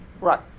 Right